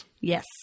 yes